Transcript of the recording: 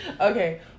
Okay